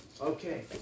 Okay